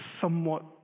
somewhat